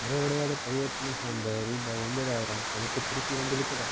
நிறைவடையாத பரிவர்த்தனை சார்ந்த ரூபாய் ஒன்பதாயிரம் எனக்கு திருப்பி வந்துவிட்டதா